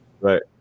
Right